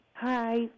Hi